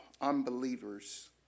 unbelievers